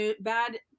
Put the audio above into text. bad